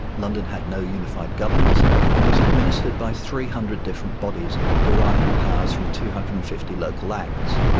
london had no unified governance and was administered by three hundred different bodies, deriving powers from two hundred and fifty local acts.